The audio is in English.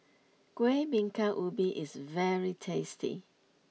Kueh Bingka Ubi is very tasty